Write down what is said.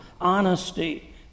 honesty